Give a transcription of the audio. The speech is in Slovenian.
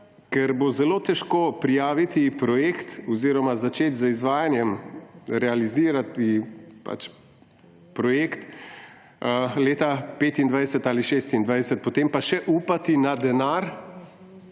ker bo zelo težko prijaviti projekt oziroma začeti izvajanje, realizirati projekt leta 2025 ali 2026, potem pa še upati na denar